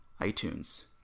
iTunes